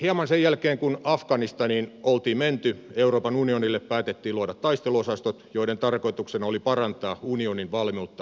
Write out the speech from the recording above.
hieman sen jälkeen kun afganistaniin oltiin menty euroopan unionille päätettiin luoda taisteluosastot joiden tarkoituksena oli parantaa unionin valmiutta nopeaan kriisinhallintaan